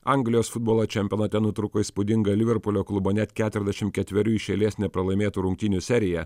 anglijos futbolo čempionate nutrūko įspūdinga liverpulio klubo net keturiasdešimt ketverių iš eilės nepralaimėtų rungtynių serija